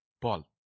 Paul